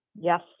yes